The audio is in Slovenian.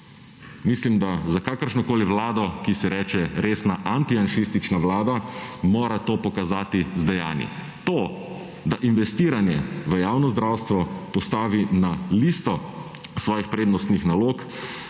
Mislim da, za kakršnokoli vlado, ki se reče resna antijanšistična vlada, mora to pokazati z dejanji. To, da investiranje postavi na listo svojih prednostnih nalog,